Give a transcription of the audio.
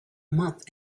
month